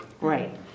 Right